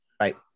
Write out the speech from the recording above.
right